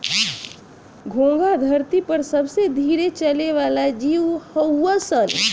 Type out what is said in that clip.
घोंघा धरती पर सबसे धीरे चले वाला जीव हऊन सन